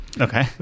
Okay